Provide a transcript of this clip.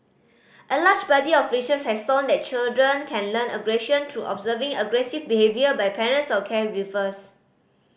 a large body of research has shown that children can learn aggression through observing aggressive behaviour by parents or caregivers